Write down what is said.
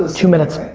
ah two minutes.